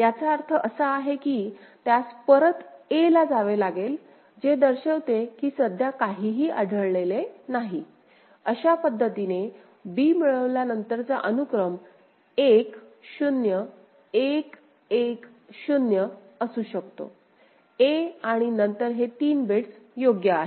याचा अर्थ असा आहे की त्यास परत a ला जावे लागेल जे दर्शवते की सध्या काहीही आढळले नाही अशा पद्धतीने b मिळविल्यानंतरचा अनुक्रम 1 0 1 1 0 असू शकतो a आणि नंतर हे तीन बिट्स योग्य आहेत